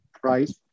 price